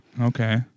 Okay